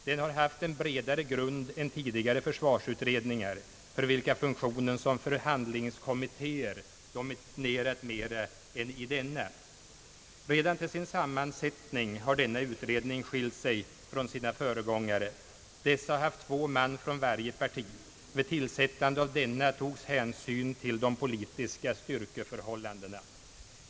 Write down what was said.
Den har haft en bredare grund än tidigare försvarsutredningar, för vilka funktionen som förhandlingskommittéer dominerat mera än i denna. Redan till sin sammansättning har denna utredning skilt sig från sina föregångare. Dessa har haft två man från varje parti. Med tillsättande av denna utredning togs hänsyn till de politiska styrkeförhållandena.